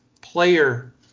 player